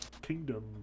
kingdom